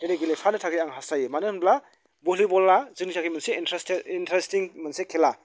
दिनै गेलेफानो थाखाय आं हासथायो मानो होनोब्ला भलिबला जोंनि थाखाय मोनसे इन्ट्रेस्टेड इन्ट्रेस्टिं मोनसे खेला